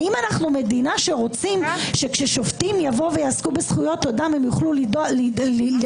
האם אנו מדינה שרוצים שכששופטים יעסקו בזכויות אדם הם יוכלו לעסוק